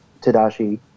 Tadashi